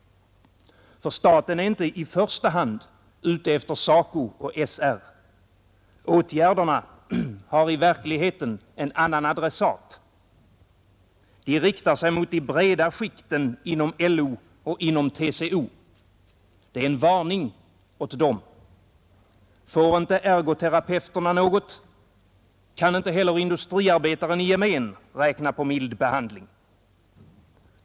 Staten är inte i första hand ute efter SACO och SR. Åtgärderna har i verkligheten en annan adressat. De riktar sig mot de breda skikten inom LO och TCO. De är en varning åt dem. Får inte ergoterapeuterna något, kan inte heller industriarbetaren i gemen räkna på mild behandling.